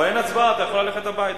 אבל אין הצבעה, אתה יכול ללכת הביתה.